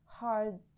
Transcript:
hard